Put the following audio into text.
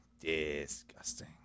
disgusting